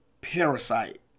Parasite